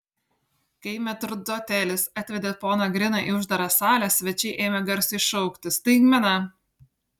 kai metrdotelis atvedė poną griną į uždarą salę svečiai ėmė garsiai šaukti staigmena